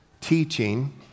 Teaching